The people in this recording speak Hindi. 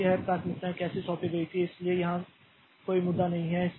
तो यह प्राथमिकताएं कैसे सौंपी गई थीं इसलिए यहां कोई मुद्दा नहीं है